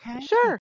sure